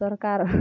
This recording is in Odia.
ସରକାର୍